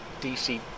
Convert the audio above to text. DC